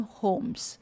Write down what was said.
homes